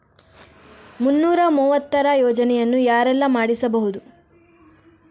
ಮುನ್ನೂರ ಮೂವತ್ತರ ಯೋಜನೆಯನ್ನು ಯಾರೆಲ್ಲ ಮಾಡಿಸಬಹುದು?